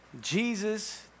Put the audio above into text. Jesus